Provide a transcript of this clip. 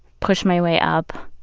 push my way up,